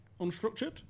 unstructured